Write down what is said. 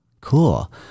Cool